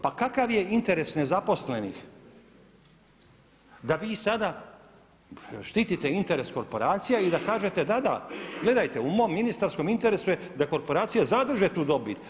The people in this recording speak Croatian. Pa kakav je interes nezaposlenih da vi sada štitite interes korporacija i da kažete da, da gledajte u mom ministarstvom interesu je da korporacija zadrži tu dobit.